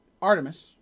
Artemis